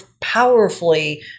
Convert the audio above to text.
powerfully